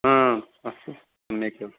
हा अस्तु सम्यक्